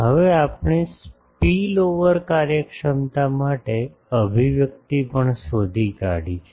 હવે આપણે સ્પીલઓવર કાર્યક્ષમતા માટે અભિવ્યક્તિ પણ શોધી કાઢી છે